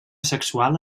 sexual